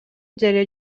деле